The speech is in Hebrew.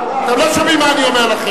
אתם לא שומעים מה אני אומר לכם.